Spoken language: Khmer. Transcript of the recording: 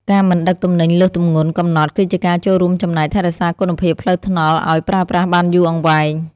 ការមិនដឹកទំនិញលើសទម្ងន់កំណត់គឺជាការចូលរួមចំណែកថែរក្សាគុណភាពផ្លូវថ្នល់ឱ្យប្រើប្រាស់បានយូរអង្វែង។